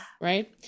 Right